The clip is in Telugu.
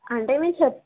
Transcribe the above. అంటే మేము చెప్